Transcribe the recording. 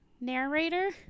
narrator